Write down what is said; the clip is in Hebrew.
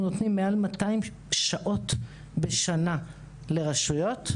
אנחנו נותנים מעל 100-150 שעות לייעוץ אסטרטגי בשנה לכל רשות,